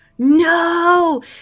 No